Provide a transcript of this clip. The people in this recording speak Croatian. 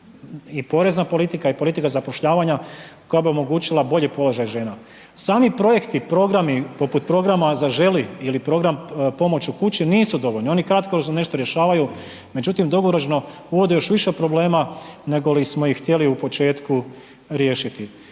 i porezna politika i politika zapošljavanja koja bi omogućila bolji položaj žena. Sami projekti, programi poput programa „Zaželi“ ili program „Pomoć u kući“ nisu dovoljni, oni kratko nešto rješavaju, međutim dugoročno uvode još više problema nego li smo ih htjeli u početku riješiti.